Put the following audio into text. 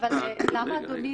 אדוני,